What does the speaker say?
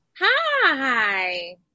Hi